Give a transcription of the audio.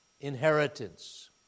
inheritance